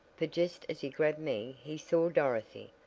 for just as he grabbed me he saw dorothy.